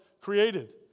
created